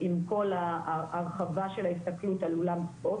עם כל ההרחבה של ההסתכלות על אולם ספורט,